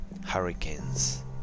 hurricanes